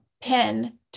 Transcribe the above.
pin